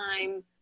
time